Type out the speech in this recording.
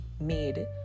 made